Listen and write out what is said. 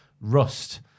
Rust